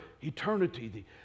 eternity